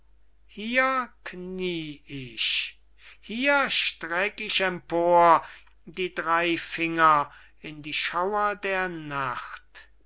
hier kniee ich hier streck ich empor die drey finger in die schauer der nacht